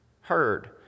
heard